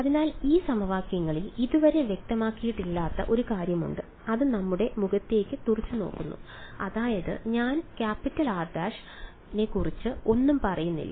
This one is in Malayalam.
അതിനാൽ ഈ സമവാക്യങ്ങളിൽ ഇതുവരെ വ്യക്തമാക്കിയിട്ടില്ലാത്ത ഒരു കാര്യമുണ്ട് അത് നമ്മുടെ മുഖത്തേക്ക് തുറിച്ചുനോക്കുന്നു അതായത് ഞാൻ R′ ക്കുറിച്ച് ഒന്നും പറഞ്ഞില്ല